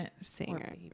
singer